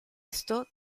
esto